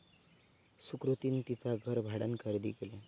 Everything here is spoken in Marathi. सुकृतीन तिचा घर भाड्यान खरेदी केल्यान